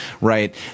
right